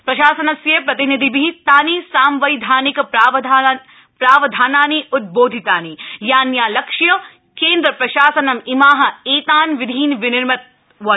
प्रशासनस्य प्रतिनिधिभि तानि सांवैधानिक प्रावधानानि उद्बोधितानि यान्यालक्ष्य केन्द्रप्रशासनं इमा एतान् विधीन् विनिर्मितवत्